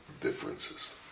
differences